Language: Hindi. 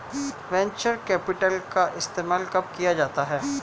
वेन्चर कैपिटल का इस्तेमाल कब किया जाता है?